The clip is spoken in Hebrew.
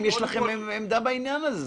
אם יש לכם עמדה בעניין הזה.